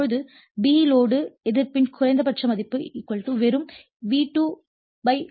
இப்போது b load எதிர்ப்பின் குறைந்தபட்ச மதிப்பு வெறும் V2 I2